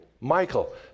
Michael